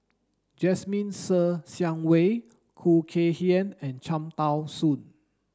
Jasmine Ser Xiang Wei Khoo Kay Hian and Cham Tao Soon